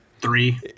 Three